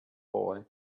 boy